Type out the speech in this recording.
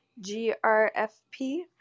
grfp